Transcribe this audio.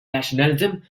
nationalism